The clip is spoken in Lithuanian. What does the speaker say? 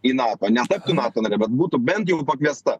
į nato ne taptų nato nare bet būtų bent jau pakviesta